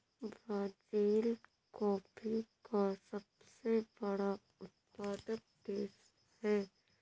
Brazil coffee का सबसे बड़ा उत्पादक देश है